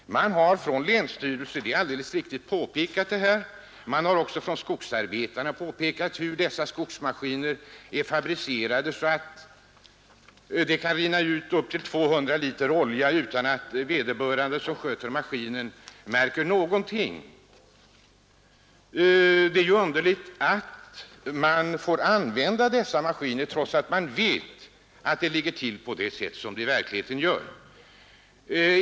Vissa länsstyrelser har — det är alldeles riktigt — pekat på saken, och skogsarbetarna har också fäst uppmärksamheten på att dessa skogsmaskiner är konstruerade så, att det kan rinna ut upp till 200 liter olja utan att den som sköter maskinen märker någonting. Det är förvånansvärt att skogsmaskinerna får användas, trots att man vet att det ligger till på det sätt som det i verkligheten gör.